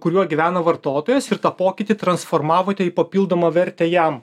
kuriuo gyveno vartotojas ir tą pokytį transformavote į papildomą vertę jam